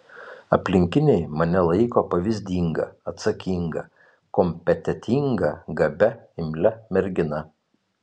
aplinkiniai mane laiko pavyzdinga atsakinga kompetentinga gabia imlia mergina